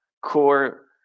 core